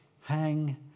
hang